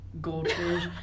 goldfish